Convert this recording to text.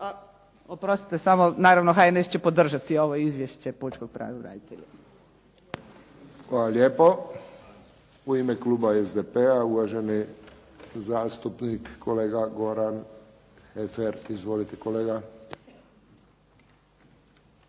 Oprostite, samo naravno HNS će podržati ovo Izvješće pučkog pravobranitelja. **Friščić, Josip (HSS)** Hvala lijepo. U ime kluba SDP-a uvaženi zastupnik kolega Goran Heffer. Izvolite, kolega.